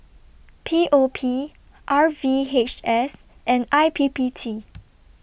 P O P R V H S and I P P T